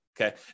okay